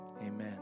Amen